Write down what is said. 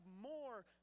more